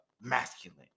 masculine